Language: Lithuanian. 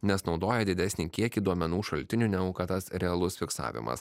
nes naudoja didesnį kiekį duomenų šaltinių negu kad tas realus fiksavimas